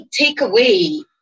takeaway